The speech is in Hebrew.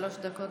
שלוש דקות,